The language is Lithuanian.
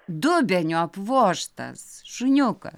dubeniu apvožtas šuniukas